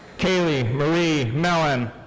kaylee marie mellon.